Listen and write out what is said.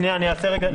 אני יכול לעשות סדר?